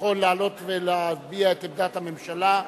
שמחון לעלות ולהביע את עמדת הממשלה.